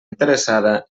interessada